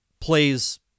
plays